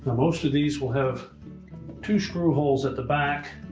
most of these will have two screw holes at the back.